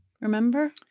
Remember